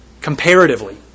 comparatively